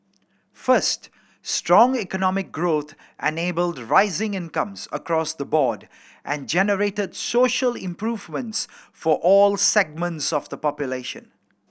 first strong economic growth enabled rising incomes across the board and generated social improvements for all segments of the population